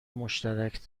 مشترک